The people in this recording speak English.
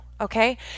Okay